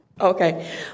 Okay